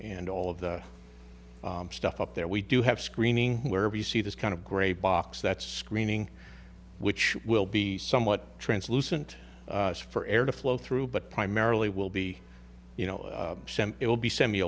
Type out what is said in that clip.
and all of that stuff up there we do have screening where we see this kind of gray box that screening which will be somewhat translucent for air to flow through but primarily will be you know it will be semi